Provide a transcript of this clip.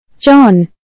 John